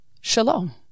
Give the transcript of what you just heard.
Shalom